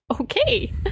Okay